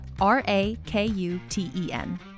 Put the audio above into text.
R-A-K-U-T-E-N